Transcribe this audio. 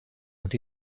ont